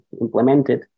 implemented